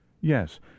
Yes